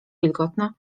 wilgotne